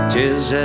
Tears